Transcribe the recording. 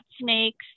snakes